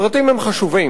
הפרטים הם חשובים,